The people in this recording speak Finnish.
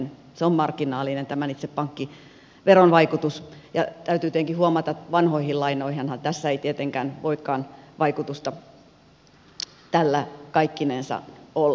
se on marginaalinen tämän itse pankkiveron vaikutus ja täytyy tietenkin huomata että vanhoihin lainoihinhan tässä ei tietenkään voikaan vaikutusta tällä kaikkinensa olla